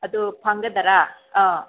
ꯑꯗꯨ ꯐꯪꯒꯗꯔ ꯑꯥꯎ